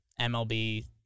MLB